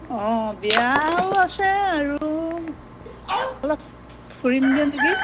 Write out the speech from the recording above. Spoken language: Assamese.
অঁ বিয়াও আছে আৰু অলপ ফুৰিমগৈ নেকি